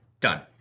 Done